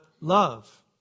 love